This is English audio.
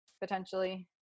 potentially